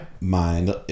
mind